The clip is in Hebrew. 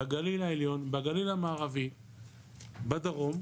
בגליל העליון, בגליל המערבי, בדרום.